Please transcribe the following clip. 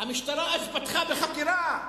המשטרה אז פתחה בחקירה.